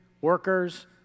workers